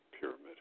pyramid